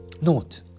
Note